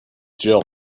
jill